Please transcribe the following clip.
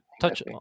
touch